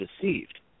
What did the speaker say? deceived